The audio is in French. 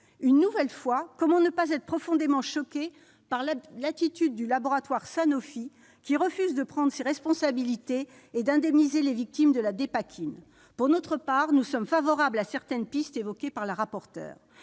Une nouvelle fois, comment ne pas être profondément choqué par l'attitude du laboratoire Sanofi, qui refuse de prendre ses responsabilités et d'indemniser les victimes de la Dépakine ? Pour notre part, nous sommes favorables à certaines pistes évoquées par la rapporteure.